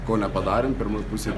ko nepadarėm pirmoj pusėj